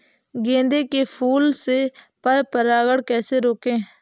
गेंदे के फूल से पर परागण कैसे रोकें?